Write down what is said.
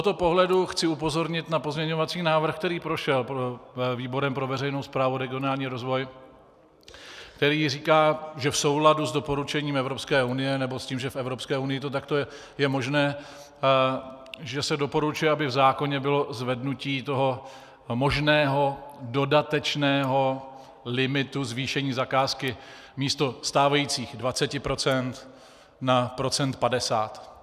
Z tohoto pohledu chci upozornit na pozměňovací návrh, který prošel výborem pro veřejnou správu a regionální rozvoj, který říká, že v souladu s doporučením Evropské unie nebo s tím, že v Evropské unii to takto je možné, že se doporučuje, aby v zákoně bylo zvednutí toho možného dodatečného limitu zvýšení zakázky místo stávajících 20 % na procent 50.